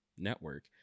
network